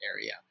area